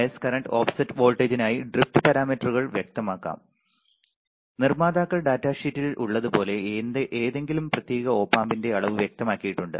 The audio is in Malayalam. ബയസ് കറന്റ് ഓഫ്സെറ്റ് വോൾട്ടേജിനായി ഡ്രിഫ്റ്റ് പാരാമീറ്ററുകൾ വ്യക്തമാക്കാം നിർമ്മാതാക്കൾ ഡാറ്റാഷീറ്റ്ൽ ഉള്ളതുപോലെ ഏതെങ്കിലും പ്രത്യേക ഓപ് ആമ്പിന്റെ അളവ് വ്യക്തമാക്കിയിട്ടുണ്ട്